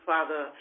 Father